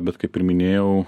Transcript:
bet kaip ir minėjau